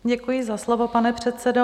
Děkuji za slovo, pane předsedo.